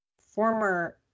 former